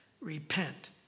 Repent